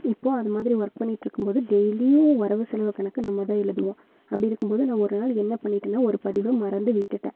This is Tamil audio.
இப்போது அது மாதிரி ஒர்க் பண்ணிட்டு இருக்கும் போது டெய்லியும் வரவு செலவு கணக்கு நம்ம தான் எழுதுவோம் அப்படி இருக்கும் போது நான் ஒரு நாள் என்ன பண்ணிடேன்னால் ஒரு பதிவை மறந்து விட்டுட்டேன்